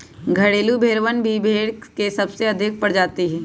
घरेलू भेड़वन भी भेड़ के सबसे अधिक प्रजाति हई